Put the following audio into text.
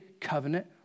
covenant